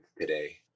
today